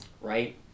Right